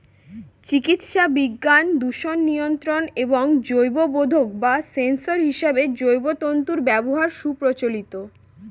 চিকিৎসাবিজ্ঞান, দূষণ নিয়ন্ত্রণ এবং জৈববোধক বা সেন্সর হিসেবে জৈব তন্তুর ব্যবহার সুপ্রচলিত